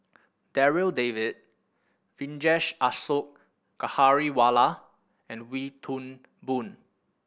Darryl David Vijesh Ashok Ghariwala and Wee Toon Boon